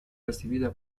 recibida